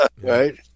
Right